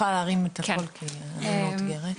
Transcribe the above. אז,